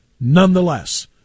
Nonetheless